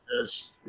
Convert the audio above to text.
Yes